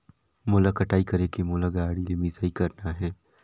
मोला कटाई करेके मोला गाड़ी ले मिसाई करना हे?